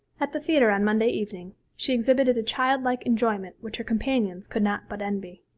at the theatre on monday evening she exhibited a childlike enjoyment which her companions could not but envy.